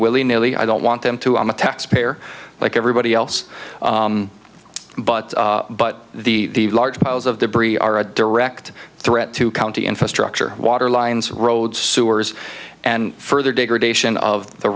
willy nilly i don't want them to i'm a taxpayer like everybody else but but the large piles of debris are a direct threat to county infrastructure water lines road sewers and further degradation of the